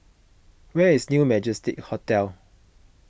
where is New Majestic Hotel